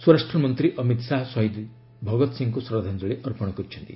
ସ୍ୱରାଷ୍ଟ୍ରମନ୍ତ୍ରୀ ଅମିତ ଶାହା ଶହୀଦ ଭଗତ ସିଂଙ୍କୁ ଶ୍ରଦ୍ଧାଞ୍ଜଳି ଅର୍ପଣ କରିଛନ୍ତି